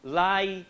lie